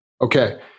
Okay